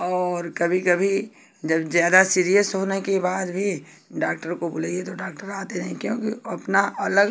और कभी कभी जब ज़्यादा सीरियस होने के बाद भी डाक्टर को बुलाइए तो डाक्टर आते नहीं क्योंकि अपना अलग